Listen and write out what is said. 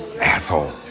Asshole